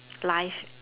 live